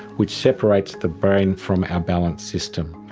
which separates the brain from our balance system.